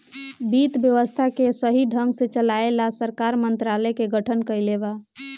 वित्त व्यवस्था के सही ढंग से चलाये ला सरकार मंत्रालय के गठन कइले बा